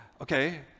Okay